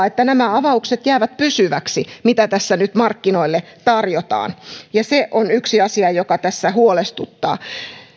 että nämä avaukset jäävät pysyviksi mitä tässä nyt markkinoille tarjotaan se on yksi asia joka tässä huolestuttaa